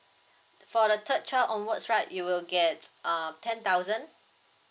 for the third child onwards right you will get err ten thousand